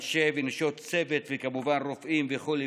אנשי ונשות צוות וכמובן רופאים וכו',